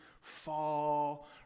fall